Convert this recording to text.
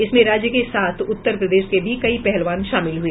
इसमें राज्य के साथ उत्तर प्रदेश के भी कई पहलवान शामिल हुए